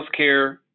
healthcare